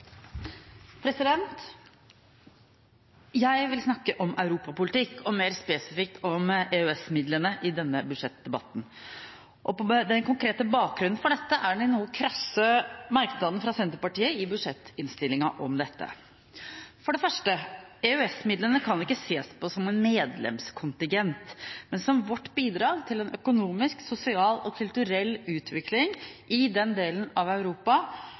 mer spesifikt om EØS-midlene, i denne budsjettdebatten. Den konkrete bakgrunnen for det er den noe krasse merknaden fra Senterpartiet i budsjettinnstillingen om dette. For det første: EØS-midlene kan ikke ses på som en medlemskontingent, men som vårt bidrag til en økonomisk, sosial og kulturell utvikling i den delen av Europa